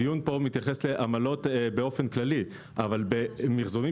הדיון פה מתייחס לעמלות באופן כללי אבל במיחזורים